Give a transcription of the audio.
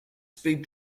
speed